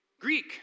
Greek